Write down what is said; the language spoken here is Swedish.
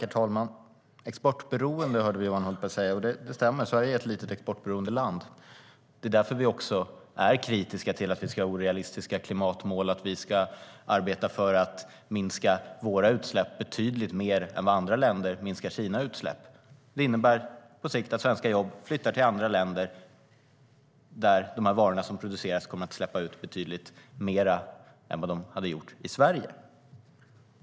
Herr talman! Vi hörde Johan Hultberg nämna exportberoende. Det stämmer. Sverige är ett litet exportberoende land. Det är också därför vi är kritiska till att vi ska ha orealistiska klimatmål och arbeta för att minska våra utsläpp betydligt mer än vad andra länder minskar sina utsläpp. Det innebär på sikt att svenska jobb flyttar till andra länder där man för de varor som produceras kommer att släppa ut betydligt mer än i Sverige.